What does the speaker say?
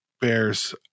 bears